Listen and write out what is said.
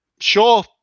Sure